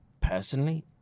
personally